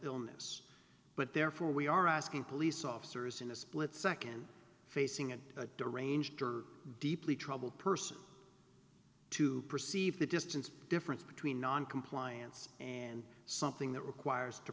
illness but therefore we are asking police officers in a split nd facing an doraine deeply troubled person to perceive the distance difference between noncompliance and something that requires to